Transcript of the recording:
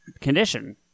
condition